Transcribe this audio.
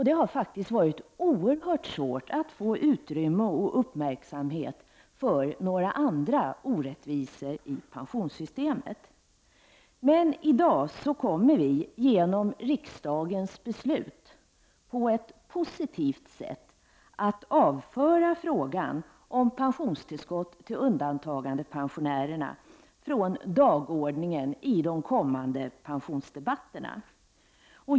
Det har faktiskt varit oerhört svårt att få utrymme och uppmärksamhet för några andra orättvisor i pensionssystemet. Men i dag kommer vi, genom riksdagens beslut, att på ett positivt sätt avföra frågan om pensionstillskott till undantagandepensionärerna från dagordningen i de kommande pensionsdebatterna.